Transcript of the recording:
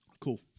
Cool